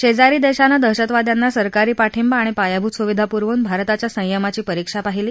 शेजारी देशानं दहशतवाद्यांना सरकारी पाठिंबा आणि पायाभूत सुविधा पूरवुन भारताच्या संयमाची परीक्षा पाहिली